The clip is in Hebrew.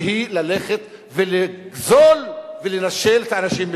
והיא ללכת ולגזול ולנשל את האנשים מביתם.